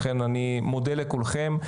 לכן אני מודה לכולכם.